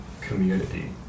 community